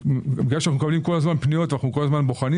בגלל שאנו מקבלים כל הזמן פניות וכל הזמן בוחנים